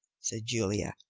said julia.